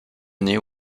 année